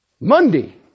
Monday